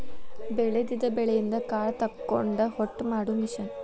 ಬೆಳದಿದ ಬೆಳಿಯಿಂದ ಕಾಳ ತಕ್ಕೊಂಡ ಹೊಟ್ಟ ಮಾಡು ಮಿಷನ್